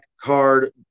card